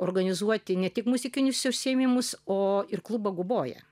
organizuoti ne tik muzikinius užsiėmimus o ir klubo guboja